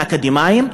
לאקדמאים,